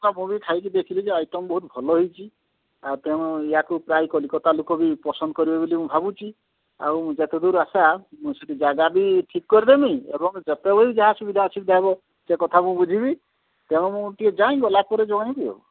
ମୁଁ ବି ଖାଇକି ଦେଖିଲି ଯେ ଆଇଟମ୍ ବହୁତ ଭଲ ହେଇଛି ଆଉ ତେଣୁ ୟାକୁ ପ୍ରାୟ କଲିକତା ଲୋକ ବି ପସନ୍ଦ କରିବେ ବୋଲି ମୁଁ ଭାବୁଛି ଆଉ ମୁଁ ଯେତେ ଦୂର ଆଶା ମୁଁ ସେଇଠି ଜାଗା ବି ଠିକ କରିଦେମି ଏବଂ ଯେତେବେଳେ ବି ଯାହା ସୁବିଧା ଅସୁବିଧା ହେବ ସେ କଥା ମୁଁ ବୁଝିବି ତେଣୁ ମୁଁ ଟିକିଏ ଯାଇଁ ଗଲାପରେ ଜଣେଇବି ଆଉ